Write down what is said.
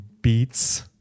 beats